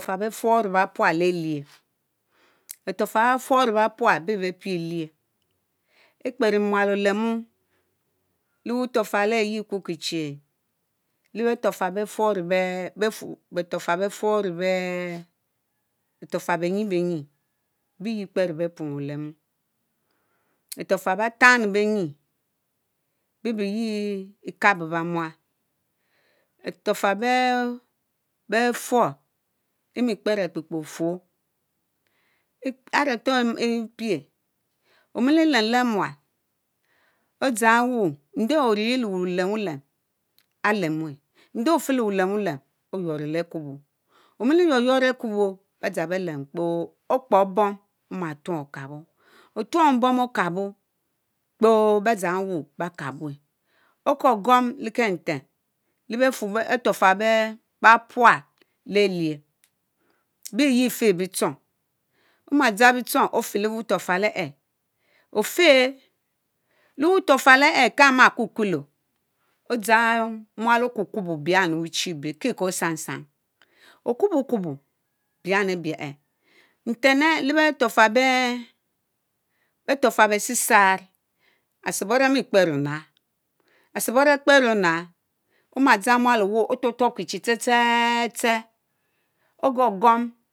Beturo-áfál befourr-le-be-pual Be-be-béa péar lear E'kpera muál Olému le- wuturo-afal aré yéa ikukiechi lea beturofal bece beturofal bece beturofal benyibenyi bé yi Ekpero be-prong Olemu, beturofal bechan-le-benyi bebeyi Ikabó-bémual, beturofal beee. fouórr Imi Kperr Akpekpe ofuõr áre fóur yiebie omilie lemlem mual ochangwu ndéé oririe idée le-wulém wulém Alemmue N'deè ofele wulem-walem Oyuóró le Akubó, Omiliyuorrynorr le Akubó, bechang be lem kpo, oma tuong Okabó, Otuong bom okabo kpoobe chàng E'wuu be káp bue, okórgwom leketen lebefurr lebeturofal be pual le leáy; bényeá fay bitchong, omadzang bitchong ofáy le buturotal eeh, Ofãy lewuu turofal eh eéh Kamákukuló odzang mual ókukubo bián lebichi E'béh Kieko tsangtsang; Okubó-kubo bian E'biech nten ech lebeh turofal bé sisarr Asaboro Amikperr Onárr, Omadzang mual eeh E'weeh otuop tuop tuop kichi tsetseser ogókigwom.